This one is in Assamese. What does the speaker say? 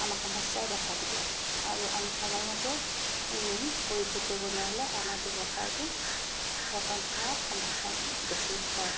আমাৰ সমস্যাই দেখা দিব আৰু আমি সময়মতে ঋণ পৰিশোধ কৰিব নোৱাৰিলে আমাৰ ব্যৱসায়টো পতন হোৱা বেছি হয়